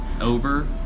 Over